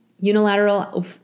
unilateral